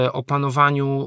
opanowaniu